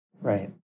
Right